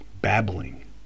babbling